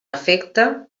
efecte